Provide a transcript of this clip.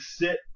sit